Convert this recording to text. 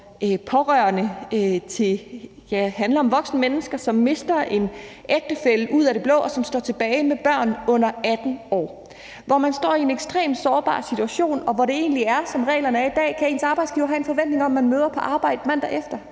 som handler om voksne mennesker, som mister en ægtefælle ud af det blå, og som står tilbage med børn under 18 år, hvor man står i en ekstremt sårbar situation, og hvor ens arbejdsgiver, som reglerne er i dag, egentlig kan have en forventning om, at man møder på arbejde mandagen efter.